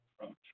approach